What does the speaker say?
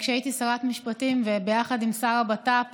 כשהייתי שרת המשפטים, ביחד עם שר הבט"פ